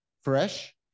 fresh